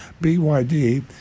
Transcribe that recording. BYD